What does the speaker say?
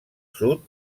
sud